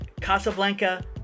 Casablanca